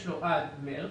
יש לו עד מארס,